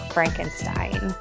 Frankenstein